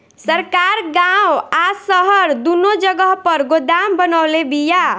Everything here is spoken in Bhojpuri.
सरकार गांव आ शहर दूनो जगह पर गोदाम बनवले बिया